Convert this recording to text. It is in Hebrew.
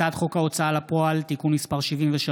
הצעת חוק ההוצאה לפועל (תיקון מס' 73)